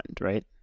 right